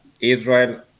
Israel